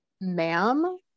ma'am